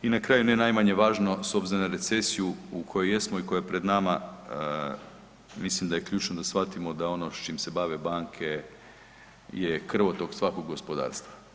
I na kraju, ne najmanje važno s obzirom na recesiju u kojoj jesmo i koja je pred nama mislim da je ključno da shvatimo da ono s čim se bave banke je krvotok svakog gospodarstva.